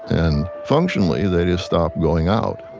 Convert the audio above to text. and functionally, they just stop going out.